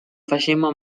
facemmo